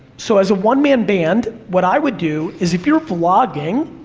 so, as a one man band, what i would do, is if you're vlogging,